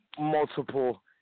multiple